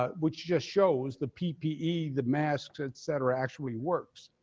ah which just shows the p p e, the masks, et cetera, actually works.